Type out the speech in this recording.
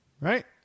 right